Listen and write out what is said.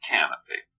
Canopy